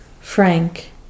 Frank